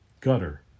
gutter